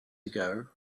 ago